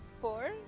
four